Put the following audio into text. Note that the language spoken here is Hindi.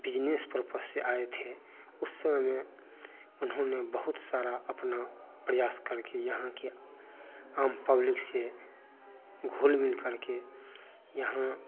बिजनिस पर्पज से आए थे उस समय में उन्होंने बहुत सारा अपना प्रयास करके यहाँ का आम पब्लिक से घुलमिल करके यहाँ